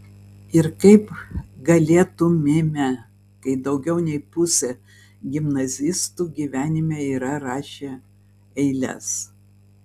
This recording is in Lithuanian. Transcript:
ir kaip galėtumėme kai daugiau nei pusė gimnazistų gyvenime yra rašę eiles